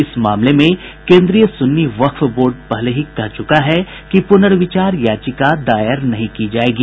इस मामले में केन्द्रीय सुन्नी वक्फ बोर्ड ने पहले ही कहा है कि पुनर्विचार याचिका दायर नहीं की जायेगी